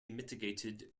mitigated